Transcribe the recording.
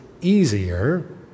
easier